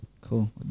Cool